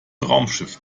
raumschiff